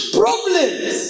problems